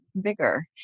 bigger